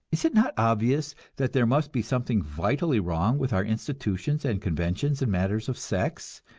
is it not obvious that there must be something vitally wrong with our institutions and conventions in matters of sex,